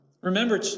Remember